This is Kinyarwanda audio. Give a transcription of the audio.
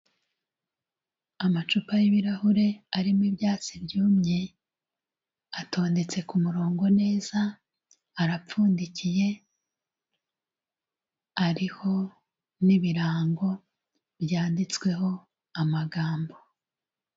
Amacupa y'ibirahure arimo ibyatsi byumye, atondetse ku murongo neza arapfundikiye ariho n'ibirango byanditsweho amagambo.